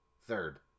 Third